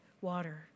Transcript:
water